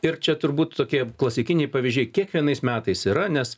ir čia turbūt tokie klasikiniai pavyzdžiai kiekvienais metais yra nes